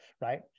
right